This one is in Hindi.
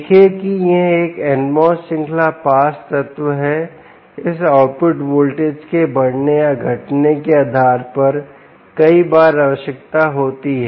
देखें कि यह एक NMOS श्रृंखला पास तत्व है इस आउटपुट वोल्टेज के बढ़ने या घटने के आधार पर कई बार आवश्यकता होती है